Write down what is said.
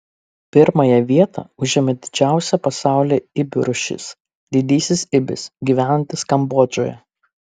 pirmąją vietą užėmė didžiausia pasaulyje ibių rūšis didysis ibis gyvenantis kambodžoje